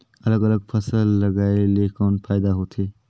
अलग अलग फसल लगाय ले कौन फायदा होथे?